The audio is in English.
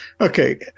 Okay